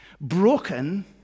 broken